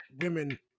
women